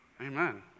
Amen